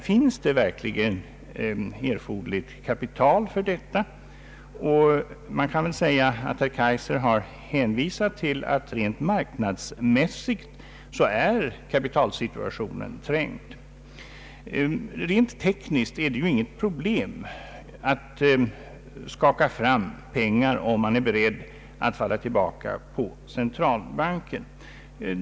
Finns det verkligen erforderligt kapital för detta program? Man kan säga att herr Kaijser hänvisar till att rent marknadsmässigt kapitalsituationen är trängd. Rent tekniskt är det i och för sig inget problem att skaka fram pengar, om man är beredd att falla tillbaka på centralbanken.